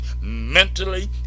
mentally